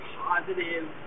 positive